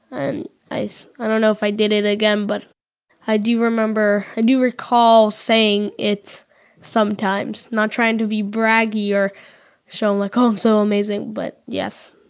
and i so i don't know if i did it again, but i do remember i do recall saying it sometimes, not trying to be braggy or show him, like, i'm um so amazing. but, yes,